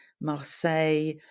Marseille